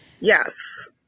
Yes